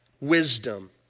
wisdom